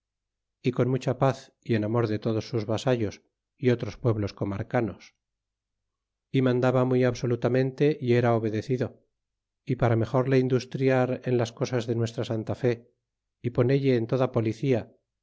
é co mucha paz y en amor de todos sus vasallos y otros pueblos comarcanos mandaba muy absolutamente y era obedecido y para mejor le industriar en lis cosas de nuestra santa fe y ponelle en toda policía